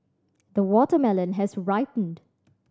the watermelon has ripened